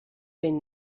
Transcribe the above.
been